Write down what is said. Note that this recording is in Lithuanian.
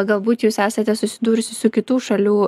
galbūt jūs esate susidūrusi su kitų šalių